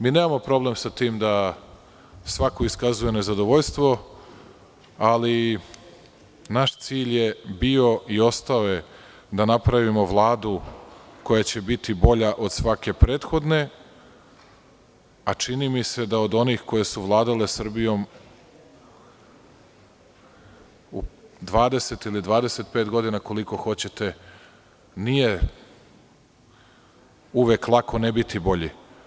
Mi nemamo problem sa tim da svako iskazuje nezadovoljstvo, ali naš cilj je bio i ostao je da napravimo Vladu koja će biti bolja od svake prethodne, a čini mi se da od onih koje su vladale Srbijomu 20 ili 25 godina, koliko hoćete, nije uvek lako ne biti bolji.